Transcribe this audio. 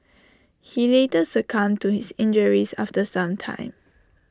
he later succumbed to his injuries after some time